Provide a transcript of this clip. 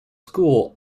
school